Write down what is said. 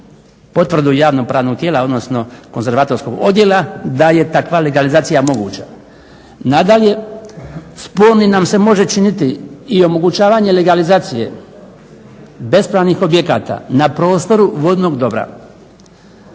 potvrdu javno-pravnog tijela odnosno konzervatorskog odjela da je takva legalizacija moguća. Nadalje spornim nam se može činiti i omogućavanje legalizacije bespravnih objekata na prostoru vodnog dobra.